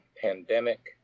pandemic